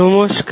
নমস্কার